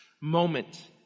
moment